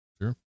Sure